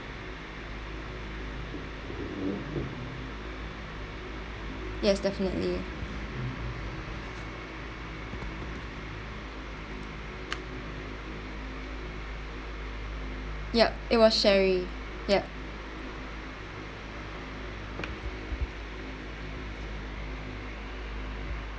yes definitely yup it was sherri yup